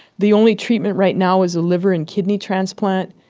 the only treatment right now is a liver and kidney transplant,